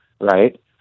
right